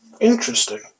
Interesting